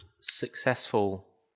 successful